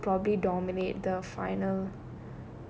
the guys will probably dominate the final